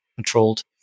controlled